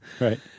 Right